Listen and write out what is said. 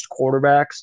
quarterbacks